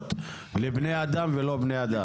תעודות לבני אדם ולא בני אדם.